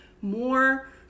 more